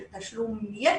של תשלום יתר,